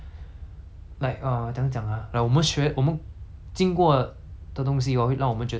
经过的东西 hor 会让我们觉得 like 生命我们的生命没有没有这样好 lor